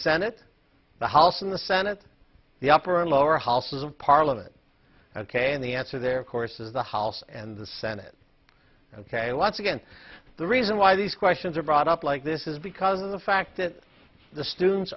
senate the house and the senate the upper and lower house of parliament ok and the answer there of course is the house and the senate ok let's again the reason why these questions are brought up like this is because of the fact that the students